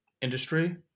industry